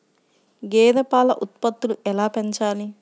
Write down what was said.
గేదె పాల ఉత్పత్తులు ఎలా పెంచాలి?